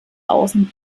außen